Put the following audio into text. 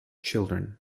children